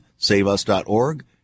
Saveus.org